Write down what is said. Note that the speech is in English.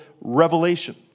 revelation